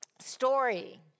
story